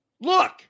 look